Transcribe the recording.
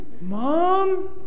Mom